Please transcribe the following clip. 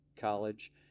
college